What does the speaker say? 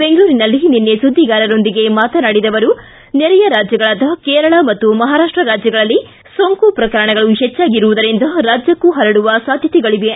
ಬೆಂಗಳೂರಿನಲಿ ನಿನ್ನೆ ಸುದ್ಗಿಗಾರರೊಂದಿಗೆ ಮಾತನಾಡಿದ ಅವರು ನೆರೆಯ ರಾಜ್ಯಗಳಾದ ಕೇರಳ ಮತ್ತು ಮಹಾರಾಷ್ಟ ರಾಜ್ಯಗಳಲ್ಲಿ ಸೋಂಕು ಪ್ರಕರಣಗಳು ಹೆಚ್ಚಾಗಿರುವುದರಿಂದ ರಾಜ್ಯಕ್ಕೂ ಹರಡುವ ಸಾಧ್ಯತೆಗಳಿವೆ